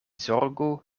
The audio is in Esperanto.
zorgu